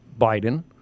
biden